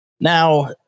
Now